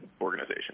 organization